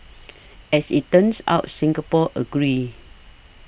as it turns out Singapore agree